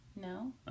No